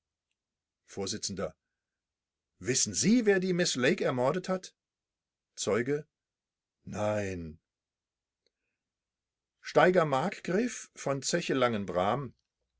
vors wissen sie wer die miß lake ermordet hat zeuge nein steiger markgref von zeche